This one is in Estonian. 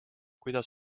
kuidas